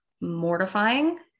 mortifying